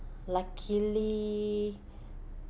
luckily